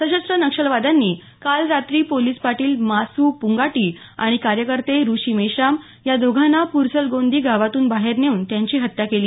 सशस्त्र नक्षलवाद्यांनी काल रात्री पोलिस पाटील मासू पुंगाटी आणि कार्यकर्ते ऋषी मेश्राम या दोघांना प्रसलगोंदी गावातून बाहेर नेऊन त्यांची हत्या केली